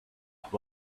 have